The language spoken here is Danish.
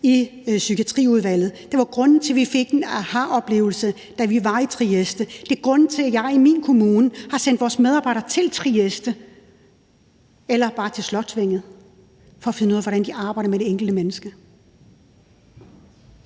Psykiatriudvalget, det var grunden til, at vi fik en aha-oplevelse, da vi var i Trieste, det er grunden til, at jeg i min kommune har sendt vores medarbejdere til Trieste. Eller bare til Slotsvænget. Det er for at finde ud af, hvordan de arbejder med det enkelte menneske.